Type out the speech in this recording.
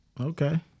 Okay